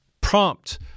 prompt